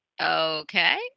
okay